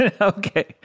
Okay